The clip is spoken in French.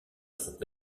propre